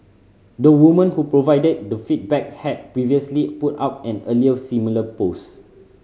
the woman who provided the feedback had previously put up an earlier similar post